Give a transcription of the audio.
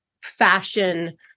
fashion